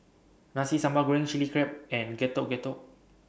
Nasi Sambal Goreng Chili Crab and Getuk Getuk